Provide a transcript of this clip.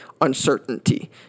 uncertainty